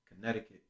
Connecticut